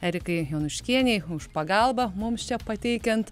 erikai jonuškienei už pagalbą mums čia pateikiant